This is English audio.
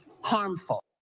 harmful